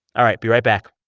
all right. be right back